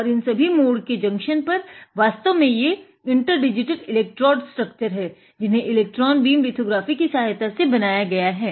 और इन सभी मोड़ के जंक्शन पर वास्तव में ये इंटर डिजीटेड एलेक्ट्रोड़ स्ट्रक्चर हैं जिन्हें इलेक्ट्रान बीम लिथोग्राफी की सहायता से बनाया गया है